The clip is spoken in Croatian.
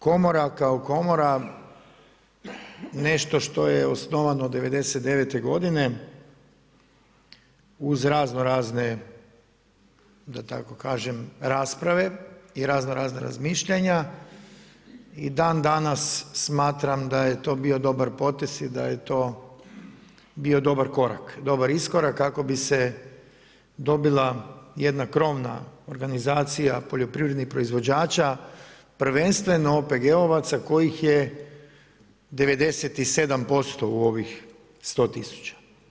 Komora kao komora nešto što je osnovano '99. godine uz raznorazne da tako kažem rasprave i raznorazna razmišljanja i dan danas smatram da je to bio dobar potez i da je to bio dobar korak, dobar iskorak kako bi se dobila jedna krovna organizacija poljoprivrednih proizvođača, prvenstveno OPG-ovaca kojih je 97% u ovih 100 tisuća.